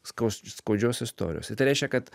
skaus skaudžios istorijos ir tai reiškia kad